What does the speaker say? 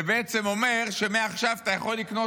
זה בעצם אומר שמעכשיו אתה יכול לקנות